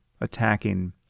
attacking